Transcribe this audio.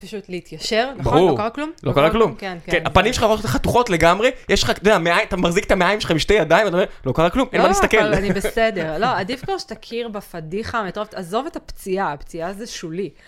פשוט להתיישר, ברור! נכון? לא קרה כלום? לא קרה כלום. כן, כן. הפנים שלך חתוכות לגמרי, יש לך, אתה מחזיק את המעיים שלך בשתי ידיים, לא קרה כלום, אין מה להסתכל. לא, אבל אני בסדר. לא, עדיף כבר שתכיר בפדיחה המטורפת, עזוב את הפציעה, הפציעה זה שולי.